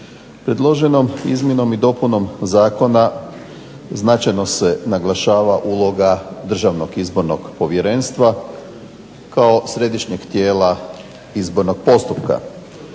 Predloženom izmjenom i dopunom zakona značajno se naglašava uloga Državnog izbornog povjerenstva kao središnjeg tijela izbornog postupka.